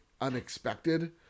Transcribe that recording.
unexpected